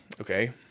okay